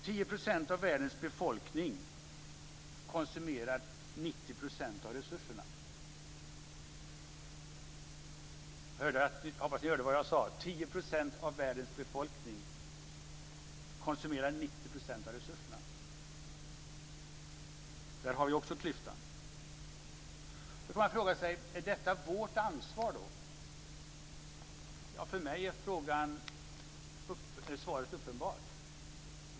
10 % av världens befolkning konsumerar 90 % av resurserna. Jag hoppas att ni hörde vad jag sade! 10 % av världens befolkning konsumerar 90 % av resurserna. Där har vi också klyftan. Är detta vårt ansvar? För mig är svaret uppenbart.